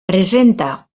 presenta